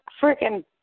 freaking